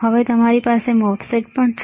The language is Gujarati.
હવે અને તમારી પાસે MOSFET છે